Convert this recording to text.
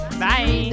Bye